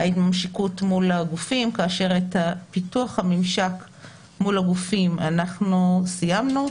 המשיקות מול הגופים כאשר את פיתוח הממשק מול הגופים אנחנו סיימנו,